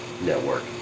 network